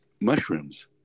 mushrooms